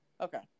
Okay